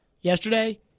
yesterday